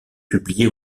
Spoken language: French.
publiée